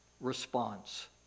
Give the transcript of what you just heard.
response